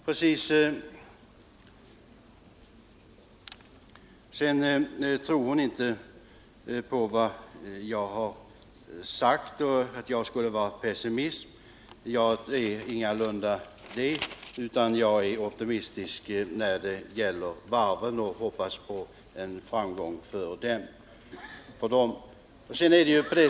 Ulla Tillander tror inte på vad jag har sagt. Hon säger att jag skulle vara pessimist. Det är jag ingalunda. Jag är optimistisk när det gäller varven och hoppas på en framgång för dem.